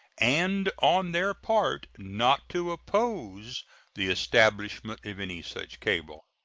and, on their part, not to oppose the establishment of any such cable.